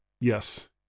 Yes